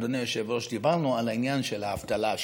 אדוני היושב-ראש: דיברנו על העניין של האבטלה,